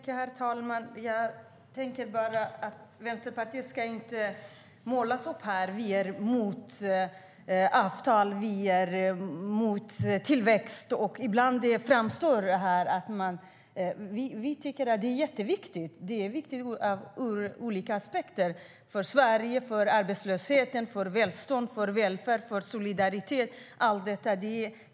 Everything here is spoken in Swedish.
Herr talman! Vänsterpartiet ska inte målas ut som ett parti som är emot avtal och emot tillväxt. Vi tycker att frihandelsavtal är viktigt från olika aspekter för Sverige, för sysselsättningen, för välståndet, för välfärden och för solidariteten.